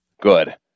Good